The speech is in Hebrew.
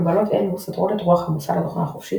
הגבלות אלו סותרות את רוח המוסד לתוכנה חופשית